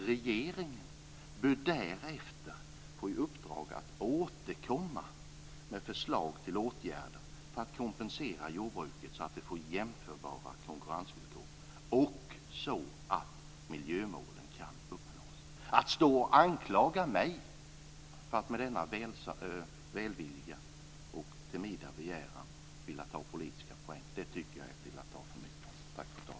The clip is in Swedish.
Regeringen bör därefter få i uppdrag att återkomma med förslag till åtgärder för att kompensera jordbruket så att det får jämförbara konkurrensvillkor och så att miljömålen kan uppnås. Att stå och anklaga mig för att med denna välvilliga och timida begäran vilja ta politiska poänger tycker jag är att ta till för mycket.